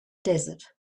desert